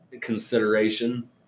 consideration